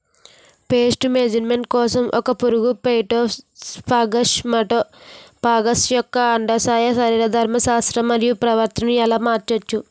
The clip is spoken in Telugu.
పేస్ట్ మేనేజ్మెంట్ కోసం ఒక పురుగు ఫైటోఫాగస్హె మటోఫాగస్ యెక్క అండాశయ శరీరధర్మ శాస్త్రం మరియు ప్రవర్తనను ఎలా మార్చచ్చు?